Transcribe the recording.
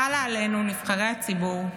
חלה עלינו, נבחרי הציבור,